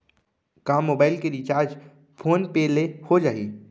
का मोबाइल के recharge phone पे ले हो जाही?